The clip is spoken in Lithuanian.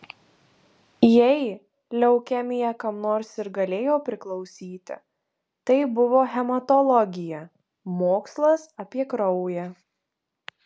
jei leukemija kam nors ir galėjo priklausyti tai buvo hematologija mokslas apie kraują